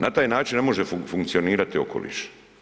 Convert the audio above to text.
Na taj način ne može funkcionirati okoliš.